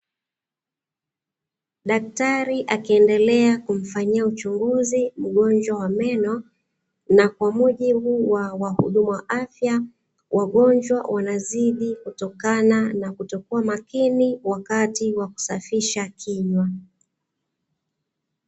Daktari akiendelea kumfanyia uchunguzi mgonjwa wa meno, na kwa mujibu wa wahudumu wa afya wagonjwa wanazidi kutokana na kutokuwa makini wakati wa kusafisha kinywa.